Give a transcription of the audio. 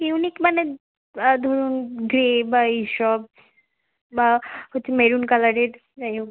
unique মানে ধরুন grey বা এইসব বা হচ্ছে মেরুন কালারের যাই হোক